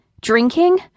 Drinking